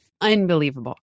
unbelievable